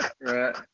right